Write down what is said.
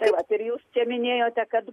taip vat ir jūs čia minėjote kad